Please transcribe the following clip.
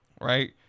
right